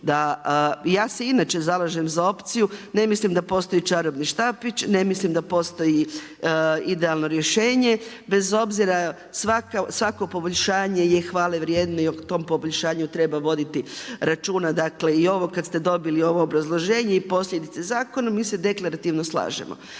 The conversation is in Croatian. ja se inače zalažem za opciju, ne mislim da postoji čarobni štapić, ne mislim da postoji idealno rješenje, bez obzira svako poboljšanje je hvale vrijedno i o tom poboljšanju treba voditi računa. Dakle i ovo kada ste dobili ovo obrazloženje i posljedica zakona mi se deklarativno slažemo.